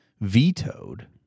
vetoed